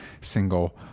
single